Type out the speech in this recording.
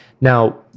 Now